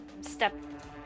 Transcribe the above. Step